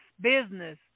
business